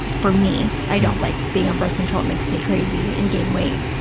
for me, i don't like being on birth control. it makes me crazy and gain weight.